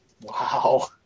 Wow